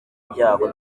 ibyago